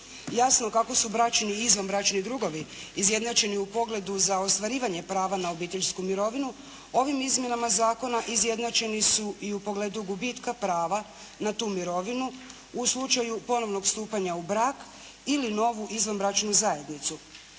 Jasno, kako su bračni i izvanbračni drugovi izjednačeni u pogledu za ostvarivanje pravda na obiteljsku mirovinu ovim izmjenama zakona izjednačeni su i u pogledu gubitka prava na tu mirovinu u slučaju ponovnog stupanja u brak ili novu izvanbračnu zajednicu.